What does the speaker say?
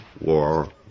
War